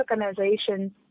organizations